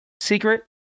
secret